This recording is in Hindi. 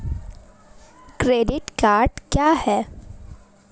क्रेडिट कार्ड क्या है?